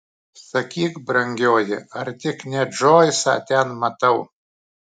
sakyk brangioji ar tik ne džoisą ten matau